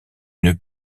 une